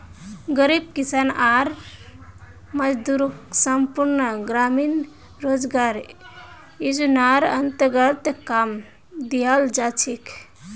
गरीब किसान आर मजदूरक संपूर्ण ग्रामीण रोजगार योजनार अन्तर्गत काम दियाल जा छेक